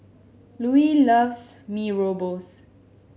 Luis loves Mee Rebus